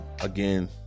again